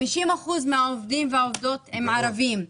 50% מהעובדים והעובדות הם ערבים,